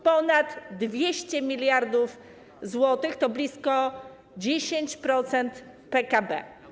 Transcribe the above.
Ponad 200 mld zł to blisko 10% PKB.